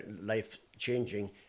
life-changing